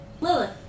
Lilith